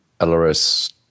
LRS